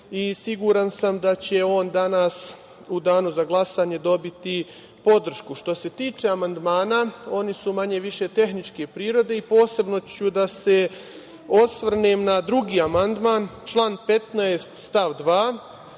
i siguran sam da će on danas u danu za glasanje dobiti podršku. Što se tiče amandmana oni su manje više tehničke prirode i posebno ću da se osvrnem na drugi amandman, član 15. stav 2,